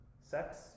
Sex